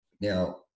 now